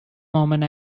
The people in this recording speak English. moment